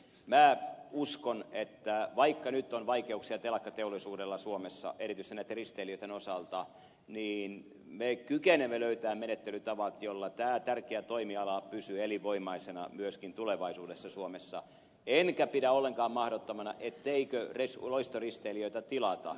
minä uskon että vaikka nyt on vaikeuksia telakkateollisuudella suomessa erityisesti näitten risteilijöitten osalta niin me kykenemme löytämään menettelytavat jolla tämä tärkeä toimiala pysyy elinvoimaisena myöskin tulevaisuudessa suomessa enkä pidä ollenkaan mahdottomana etteikö loistoristeilijöitä tilata